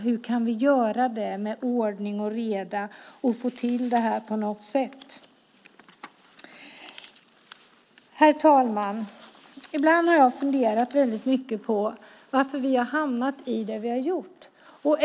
Frågan är alltså hur vi ska få ordning och reda på dessa lån. Herr talman! Jag har funderat mycket på varför vi hamnat där vi hamnat.